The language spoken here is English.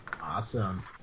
Awesome